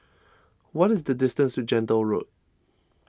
what is the distance to Gentle Road